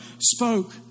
spoke